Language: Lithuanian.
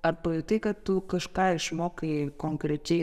ar pajutai kad tu kažką išmokai konkrečiai